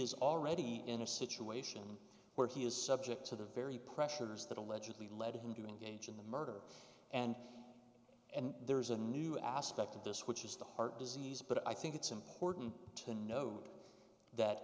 is already in a situation where he is subject to the very pressures that allegedly led him to engage in the murder and and there's a new aspect of this which is the heart disease but i think it's important to note that